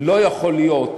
לא יכול להיות